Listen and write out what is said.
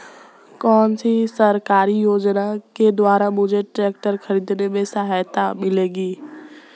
कौनसी सरकारी योजना के द्वारा मुझे ट्रैक्टर खरीदने में सहायता मिलेगी?